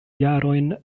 jarojn